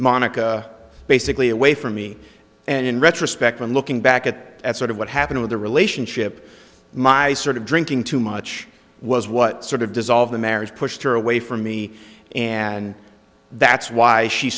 monica basically away from me and in retrospect i'm looking back at sort of what happened with the relationship my sort of drinking too much was what sort of dissolve the marriage pushed her away from me and that's why she